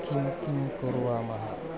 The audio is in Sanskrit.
किं किं कुर्वामः